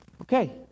Okay